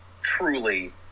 truly